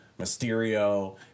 Mysterio